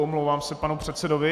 Omlouvám se panu předsedovi.